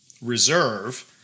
Reserve